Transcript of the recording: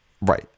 Right